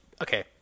okay